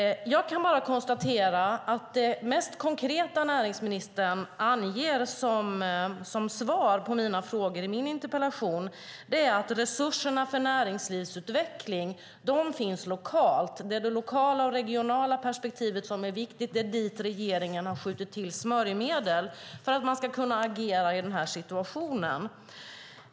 Jag kan konstatera att det mest konkreta näringsministern anger som svar på mina frågor är att resurserna för näringslivsutveckling finns lokalt. Det är det lokala och regionala perspektivet som är viktigt. Det är där regeringen har skjutit till smörjmedel för att man ska kunna agera i den situationen.